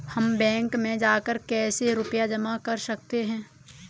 हम बैंक में जाकर कैसे रुपया जमा कर सकते हैं?